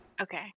Okay